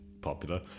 Popular